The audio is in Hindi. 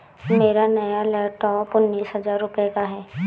मेरा नया लैपटॉप उन्नीस हजार रूपए का है